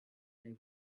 they